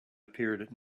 appeared